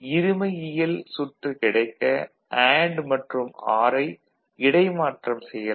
இருமையியல் சுற்று கிடைக்க அண்டு மற்றும் ஆர் ஐ இடைமாற்றம் செய்யலாம்